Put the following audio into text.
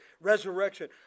resurrection